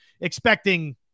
expecting